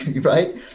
right